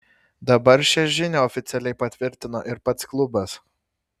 dabar šią žinią oficialiai patvirtino ir pats klubas